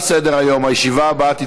מי בעד?